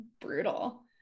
brutal